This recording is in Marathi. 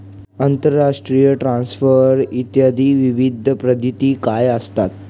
आंतरराष्ट्रीय ट्रान्सफर इत्यादी विविध पद्धती काय असतात?